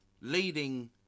leading